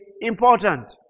important